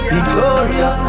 Victoria